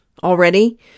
already